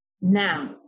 Now